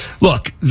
Look